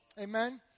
Amen